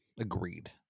agreed